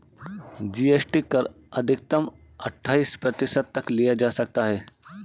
GST कर अधिकतम अठाइस प्रतिशत तक लिया जा सकता है